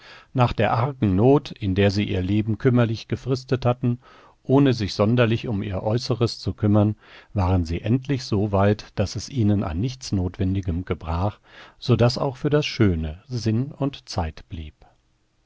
nach der argen not in der sie ihr leben kümmerlich gefristet hatten ohne sich sonderlich um ihr äußeres zu kümmern waren sie endlich so weit daß es ihnen an nichts notwendigem gebrach so daß auch für das schöne sinn und zeit blieb